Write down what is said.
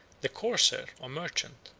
the corsair, or merchant,